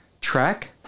track